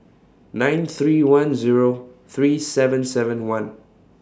nine three one Zero three seven seven one